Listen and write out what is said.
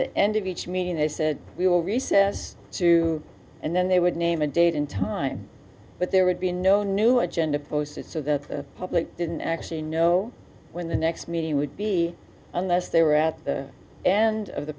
the end of each meeting they said we will recess too and then they would name a date and time but there would be no new agenda posted so the public didn't actually know when the next meeting would be unless they were out and of the